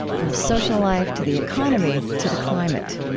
from social life to the economy to the climate